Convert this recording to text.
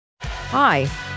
Hi